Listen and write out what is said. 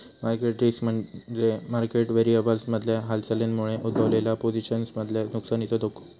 market risk म्हणजे market व्हेरिएबल्समधल्या हालचालींमुळे उद्भवलेल्या पोझिशन्समधल्या नुकसानीचो धोको